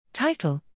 Title